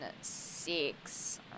six